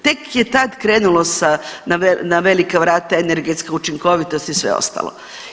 Tek je tad krenulo na velika vrata energetska učinkovitost i sve ostalo.